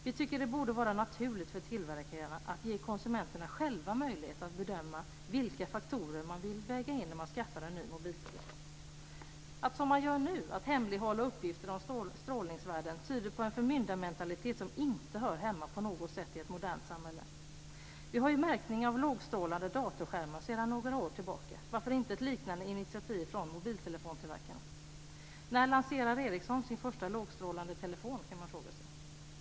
Vi tycker det borde vara naturligt för tillverkarna att ge konsumenterna själva möjlighet att bedöma vilka faktorer man vill väga in när man skaffar en ny mobiltelefon. Att som man gör nu hemlighålla uppgifter om strålningsvärden tyder på en förmyndarmentalitet som inte på något sätt hör hemma i ett modernt samhälle. Vi har ju märkning av lågstrålande datorskärmar sedan några år tillbaka - varför inte ett liknande initiativ från mobiltelefontillverkarna? När lanserar Ericsson sin första lågstrålande telefon? kan man fråga sig.